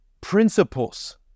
principles